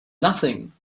nothing